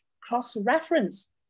cross-reference